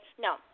No